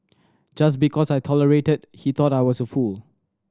just because I tolerated he thought I was a fool